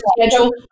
schedule